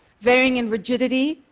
varying in rigidity,